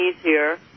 easier